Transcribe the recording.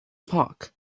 park